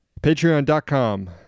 patreon.com